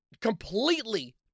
completely